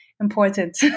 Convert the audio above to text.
important